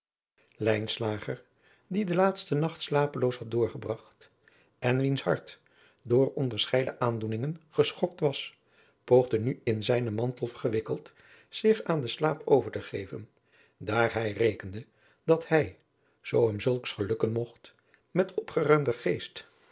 die den laatsten nacht slapeloos had doorgebragt en wiens hart door onderscheiden aandoeningen geschokt was poogde nu in zijnen mantel gewikkeld zich aan den slaap over te geven daar hij rekende dat hij zoo hem zulks gelukken mogt met opgeruimder geest